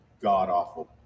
god-awful